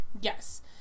yes